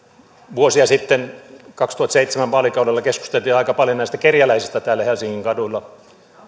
vuosia sitten kaksituhattaseitsemän alkaneella vaalikaudella keskusteltiin aika paljon kerjäläisistä helsingin kaduilla